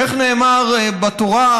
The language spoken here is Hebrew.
איך נאמר בתורה,